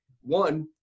one